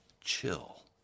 chill